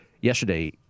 yesterday